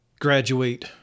Graduate